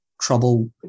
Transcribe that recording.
trouble